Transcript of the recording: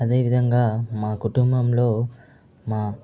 అదే విధంగా మా కుటుంబంలో మా